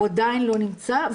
עדיין לא נמצא.